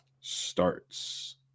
starts